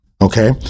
Okay